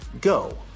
go